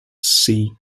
see